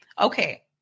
Okay